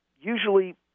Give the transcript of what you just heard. Usually